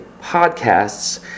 podcasts